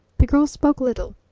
the girl spoke little,